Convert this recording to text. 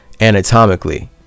anatomically